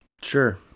sure